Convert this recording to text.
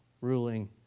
ruling